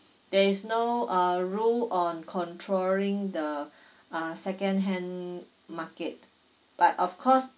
there is no uh rule on controlling the uh second hand in market but of course